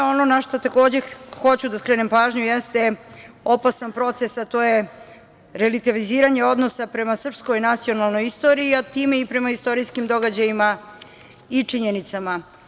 Ono na šta takođe hoću da skrenem pažnju jeste opasan proces, a to je revitaliziranje odnosa prema srpskoj nacionalnoj istoriji, a time i prema istorijskim događajima i činjenicama.